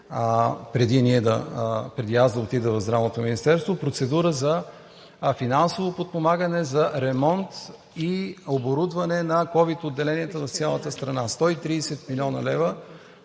преди аз да отида в Здравното министерство, процедура за финансово подпомагане за ремонт и оборудване на ковид отделенията в цялата страна – 130 млн. лв.